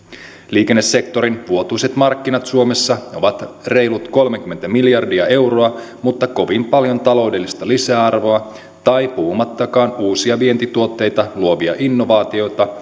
liikennesektorin vuotuiset markkinat suomessa ovat reilut kolmekymmentä miljardia euroa mutta kovin paljon taloudellista lisäarvoa puhumattakaan uusia vientituotteita luovista innovaatioista ei